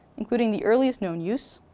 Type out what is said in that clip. including the earliest known use,